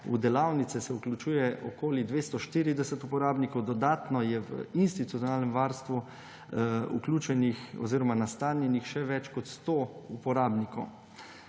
V delavnice se vključuje okoli 240 uporabnikov. Dodatno je v institucionalnem varstvu nastanjenih še več kot 100 uporabnikov.